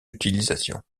utilisations